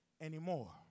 anymore